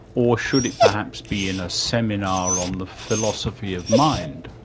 or should it perhaps be in a seminar on the philosophy of mind?